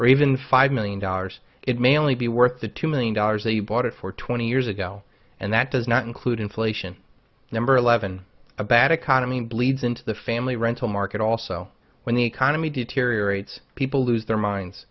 or even five million dollars it may only be worth the two million dollars that you bought it for twenty years ago and that does not include inflation number eleven a bad economy bleeds into the family rental market also when the economy deteriorates people lose their minds